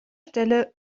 stelle